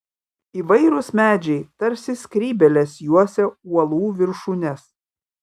įvairūs medžiai tarsi skrybėlės juosė uolų viršūnes